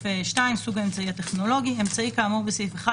"סוג האמצעי הטכנולוגי 2. אמצעי כאמור בסעיף 1